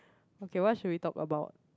okay what should we talk about